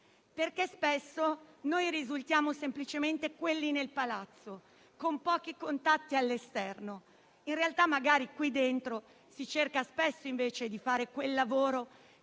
Spesso noi risultiamo semplicemente quelli nel palazzo, con pochi contatti all'esterno. In realtà magari qui dentro si cerca spesso di fare un lavoro